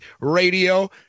radio